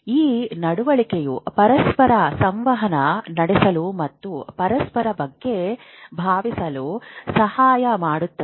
ಈ ನಡವಳಿಕೆಯು ಪರಸ್ಪರ ಸಂವಹನ ನಡೆಸಲು ಮತ್ತು ಪರಸ್ಪರರ ಬಗ್ಗೆ ಭಾವಿಸಲು ಸಹಾಯ ಮಾಡುತ್ತದೆ